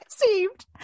Received